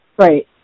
Right